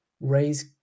raise